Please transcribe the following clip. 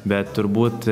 bet turbūt